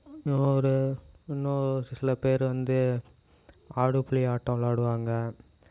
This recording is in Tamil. இன்னும் ஒரு இன்னும் ஒரு சில பேர் வந்து ஆடு புலி ஆட்டம் விளாடுவாங்க